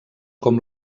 com